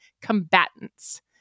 combatants